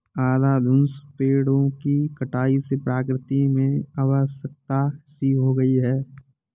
अंधाधुंध पेड़ों की कटाई से प्रकृति में अव्यवस्था सी हो गई है